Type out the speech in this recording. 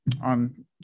on